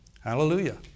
Hallelujah